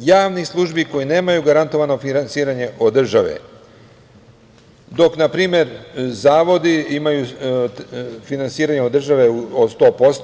javnih službi koje nemaju garantovano finansiranje od države, dok na primer zavodi imaju finansiranje države od 100%